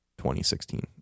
2016